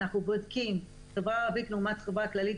ואנחנו בודקים את החברה הערבית לעומת החברה הכללית,